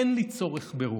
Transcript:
אין לי צורך ברוב.